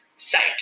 site